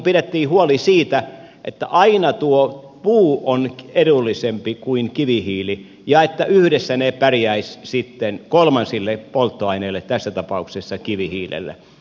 pidettiin huoli siitä että aina tuo puu on edullisempi kuin kivihiili ja että yhdessä ne pärjäisivät sitten kolmansille polttoaineille tässä tapauksessa kivihiilelle